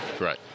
Right